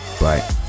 Bye